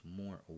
more